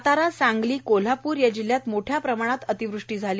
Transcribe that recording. साताराए संगलीए कोल्हापूर या जिल्ह्यांत मोठ्या प्रमाणात अतिवृष्टी झाली